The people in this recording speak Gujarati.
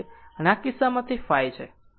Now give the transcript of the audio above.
આમ આ કિસ્સામાં તે ϕ છે